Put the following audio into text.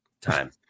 time